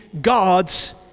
God's